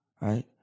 right